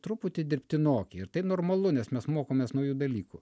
truputį dirbtinoki ir tai normalu nes mes mokomės naujų dalykų